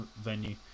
venue